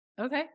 Okay